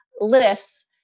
lifts